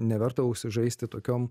neverta užsižaisti tokiom